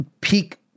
peak